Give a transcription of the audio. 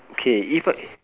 okay if a